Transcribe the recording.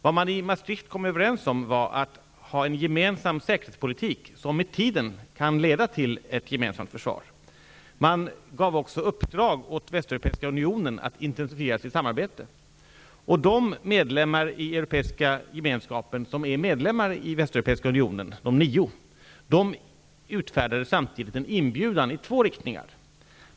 Vad man i Maastricht kom överens om var att ha en gemensam säkerhetspolitik, som med tiden kan leda till ett gemensamt försvar. Man gav också den västeuropeiska unionen i uppdrag att intensifiera sitt samarbete. De nio medlemmar i Europeiska gemenskapen som är medlemmar i Västeuropeiska unionen utfärdade samtidigt en inbjudan i två riktningar.